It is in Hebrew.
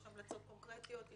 יש המלצות קונקרטיות,